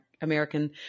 American